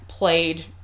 Played